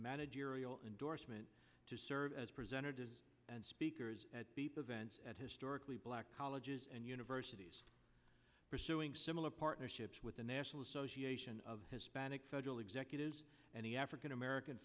managerial endorsement to serve as presenter does and speakers at the prevents at historically black colleges and universities pursuing similar partnerships with the national association of hispanic federal executives and the african american